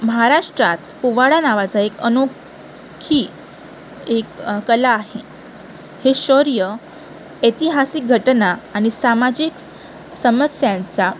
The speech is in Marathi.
महाराष्ट्रात पोवाडा नावाचा एक अनोखी एक कला आहे हे शौर्य ऐतिहासिक घटना आणि सामाजिक स समस्यांचा